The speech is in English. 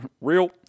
Real